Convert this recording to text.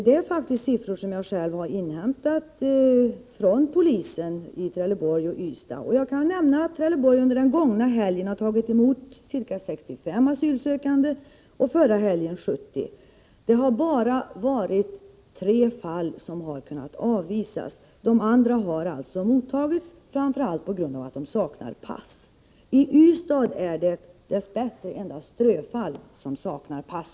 Det är faktiskt siffror som jag själv har inhämtat från polisen i Trelleborg och Ystad. Jag kan nämna att Trelleborg under den gångna helgen tog emot ca 65 asylsökande. Förra helgen var det 70. Det är bara tre asylsökande som har kunnat avvisas. De andra har alltså mottagits, framför allt på grund av att de har saknat pass. I Ystad är det f.n. dess bättre endast ströfall som saknar pass.